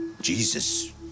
Jesus